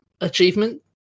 achievement